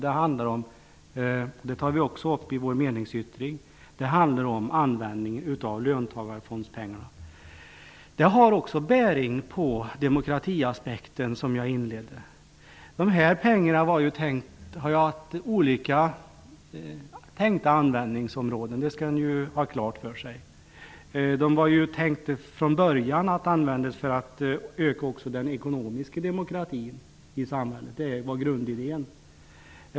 Det handlar om användningen av löntagarfondsmedlen, vilket vi i Vänsterpartiet tar upp i vår meningsyttring. Det har också bäring på demokratiaspekten som jag inledde med att säga. Dessa pengar har ju haft olika tänkta användningsområden, vilket man skall ha klart för sig. Från början tänkte man använda dem för att öka den ekonomiska demokratin i samhället. Det var grundidén.